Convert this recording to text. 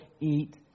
eat